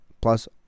plus